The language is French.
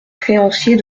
créanciers